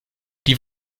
die